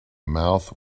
mouth